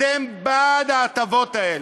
אתם בעד ההטבות האלה.